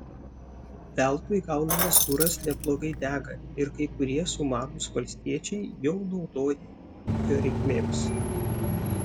veltui gaunamas kuras neblogai dega ir kai kurie sumanūs valstiečiai jau naudoja jį ūkio reikmėms